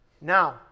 Now